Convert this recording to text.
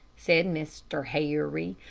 said mr. harry.